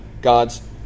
God's